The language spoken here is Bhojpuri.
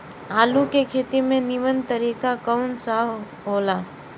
आलू के खेती के नीमन तरीका कवन सा हो ला?